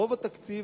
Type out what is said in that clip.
ברוב התקציב